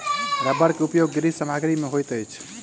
रबड़ के उपयोग गृह सामग्री में होइत अछि